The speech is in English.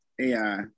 AI